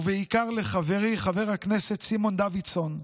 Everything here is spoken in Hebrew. ובעיקר לחברי חבר הכנסת סימון דוידסון,